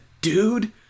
Dude